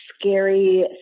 scary